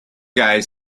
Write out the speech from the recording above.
guy